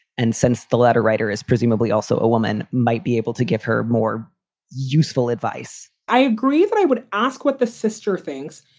and since the letter writer is presumably also a woman might be able to give her more useful advice i agree. and i would ask what the sister thinks.